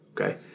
Okay